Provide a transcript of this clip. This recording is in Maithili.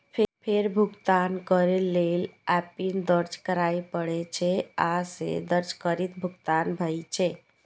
फेर भुगतान करै लेल एमपिन दर्ज करय पड़ै छै, आ से दर्ज करिते भुगतान भए जाइ छै